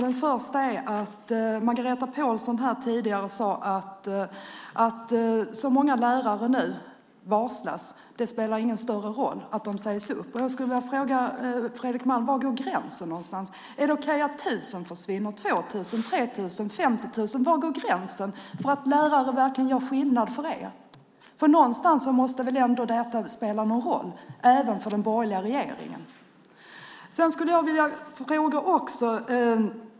Den första gäller det som Margareta Pålsson sade här tidigare om att det inte spelar någon större roll att så många lärare nu varslas och sägs upp. Jag skulle vilja fråga Fredrik Malm var gränsen går. Är det okej att 1 000 lärare försvinner eller 2 000, 3 000 eller 50 000? Var går gränsen för när lärare verkligen gör skillnad för er? Någonstans måste väl ändå detta spela någon roll även för den borgerliga regeringen.